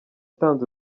kagame